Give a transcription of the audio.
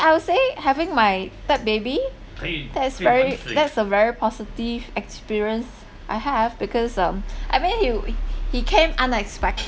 I would say having my third baby that is very that's a very positive experience I have because um I mean he wou~ he came unexpected